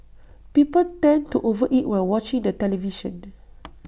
people tend to over eat while watching the television